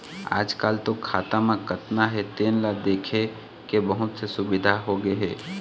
आजकाल तो खाता म कतना हे तेन ल देखे के बहुत से सुबिधा होगे हे